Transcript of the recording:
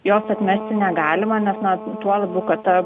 jos atmesti negalima nes na tuo labiau kad ta